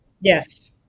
Yes